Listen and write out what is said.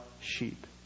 sheep